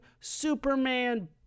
Superman